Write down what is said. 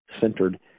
centered